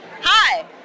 Hi